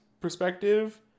perspective